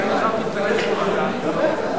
סעיפים 1 20